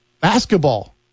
basketball